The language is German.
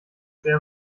sehr